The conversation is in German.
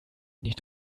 nicht